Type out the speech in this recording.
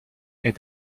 est